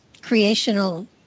creational